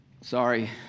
Sorry